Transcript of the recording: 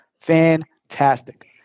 Fantastic